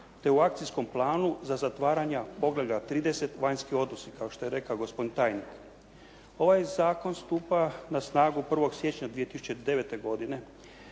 te u akcijskom planu za zatvaranja poglavlja 30. vanjski odnosi kao što je rekao gospodin tajnik. Ovaj zakon stupa na snagu 1. siječnja 2009. godine.